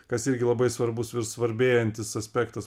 kas irgi labai svarbus ir svarbėjantis aspektas